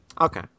Okay